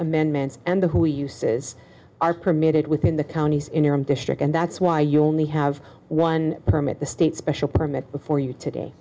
amendments and the who uses are permitted within the counties in your own district and that's why you only have one permit the state special permit before you today